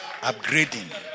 upgrading